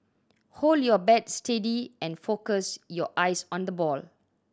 hold your bat steady and focus your eyes on the ball